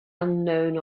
unknown